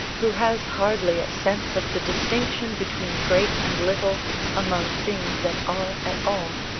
who has hardly a sense of the distinction between great and little among things that are at all,